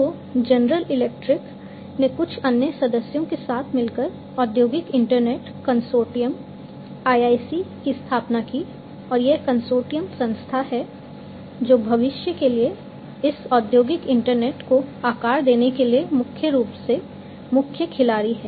तो General Electric ने कुछ अन्य सदस्यों के साथ मिलकर औद्योगिक इंटरनेट कंसोर्टियम IIC की स्थापना की और यह कंसोर्टियम संस्था है जो भविष्य के लिए इस औद्योगिक इंटरनेट को आकार देने के लिए मुख्य रूप से मुख्य खिलाड़ी है